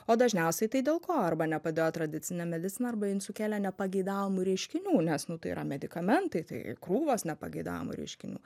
o dažniausiai tai dėl ko arba nepadėjo tradicinė medicina arba jin sukėlė nepageidaujamų reiškinių nes nu tai yra medikamentai tai krūvos nepageidaujamų reiškinių